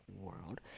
world